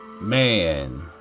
Man